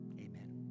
Amen